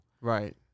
Right